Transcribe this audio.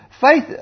faith